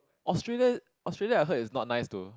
Australia Australia I heard it's not nice though